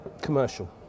Commercial